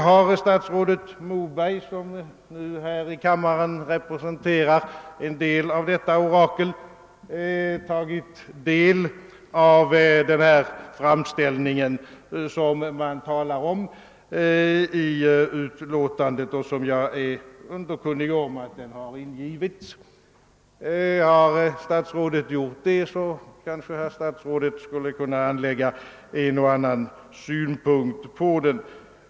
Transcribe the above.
Har statsrådet Moberg, som nu är i kammaren och representerar en bit av detta orakel, tagit del av den framställning som det talas om i utskottsutlåtandet och som jag vet är ingiven? Har statsrådet gjort det kan han kanske anlägga en och annan synpunkt på den.